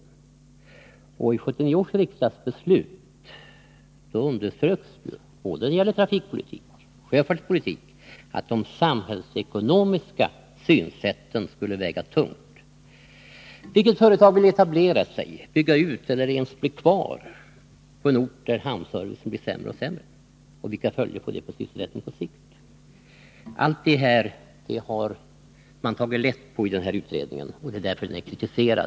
I 1979 års riksdagsbeslut underströks både när det gäller trafikpolitiken och när det gäller sjöfartspolitiken att de samhällsekonomiska synsätten skulle väga tungt. Vilket företag vill etablera sig, bygga ut eller ens bli kvar på en ort där hamnservicen blir sämre och sämre? Vilka följder får detta för sysselsättningen på sikt? Allt sådant har man tagit lätt på i utredningen. Det är därför den är kritiserad.